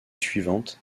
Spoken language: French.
suivante